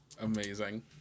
Amazing